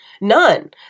None